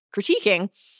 critiquing